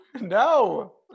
No